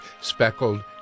speckled